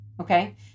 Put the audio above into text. okay